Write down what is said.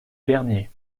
bernier